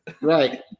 Right